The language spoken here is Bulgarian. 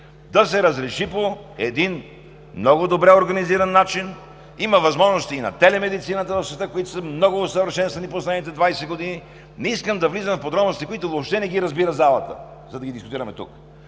да се разреши по много добре организиран начин. Има възможности и на телемедицината в света, които са много усъвършенствани в последните 20 години. Не искам да влизам в подробности, които въобще не ги разбира залата, за да ги дискутираме тук.